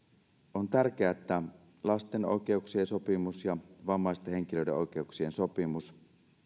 on tärkeää että lasten oikeuksien sopimus ja vammaisten henkilöiden oikeuksien sopimus